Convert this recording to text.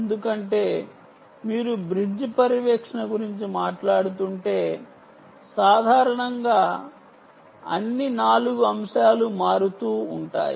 ఎందుకంటే మీరు bridge పర్యవేక్షణ గురించి మాట్లాడుతుంటే సాధారణంగా అన్ని 4 అంశాలు మారుతూ ఉంటాయి